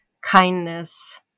kindness